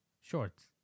shorts